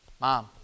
Mom